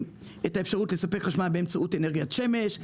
את האפשרות לספק חשמל באמצעות אנרגיית שמה,